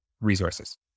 resources